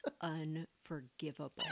unforgivable